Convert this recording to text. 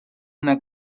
una